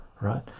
right